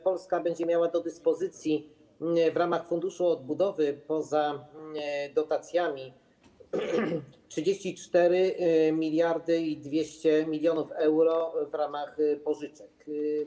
Polska będzie miała do dyspozycji w ramach funduszu odbudowy poza dotacjami 34 200 mln euro w ramach pożyczek.